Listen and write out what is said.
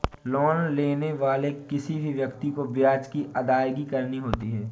loan लेने वाले किसी भी व्यक्ति को ब्याज की अदायगी करनी होती है